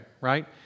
right